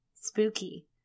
spooky